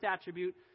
attribute